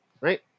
Right